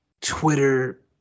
Twitter